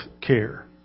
care